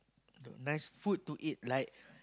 nice food to eat like